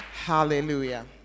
Hallelujah